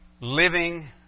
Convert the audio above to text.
living